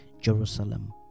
Jerusalem